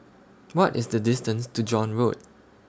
What IS The distance to John Road